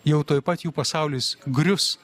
jau tuoj pat jų pasaulis grius